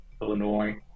Illinois